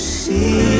see